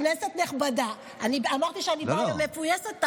כנסת נכבדה, אמרתי שאני באה מפויסת.